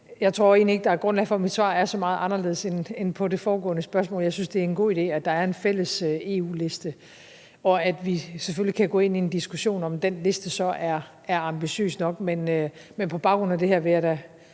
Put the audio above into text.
Jeg tror egentlig ikke, der er grundlag for, at mit svar kan blive så meget anderledes end på det foregående spørgsmål. Jeg synes, at det er en god idé, at der er en fælles EU-liste, og vi kan selvfølgelig gå ind i en diskussion om, hvorvidt den liste så er ambitiøs nok. Men på baggrund af det her vil jeg da